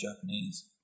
Japanese